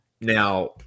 Now